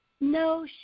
No